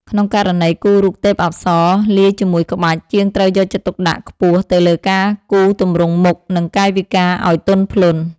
ក្នុងករណីគូររូបទេពអប្សរលាយជាមួយក្បាច់ ជាងត្រូវយកចិត្តទុកដាក់ខ្ពស់ទៅលើការគូរទម្រង់មុខ និងកាយវិការឱ្យទន់ភ្លន់។